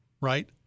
right